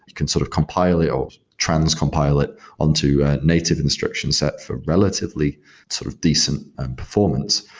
you can sort of compile it or trans-compile it on to native instructions set for relatively sort of decent and performance.